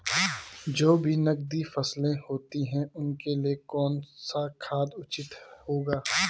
जो भी नकदी फसलें होती हैं उनके लिए कौन सा खाद उचित होगा?